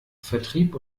vertrieb